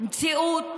מציאות